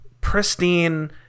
pristine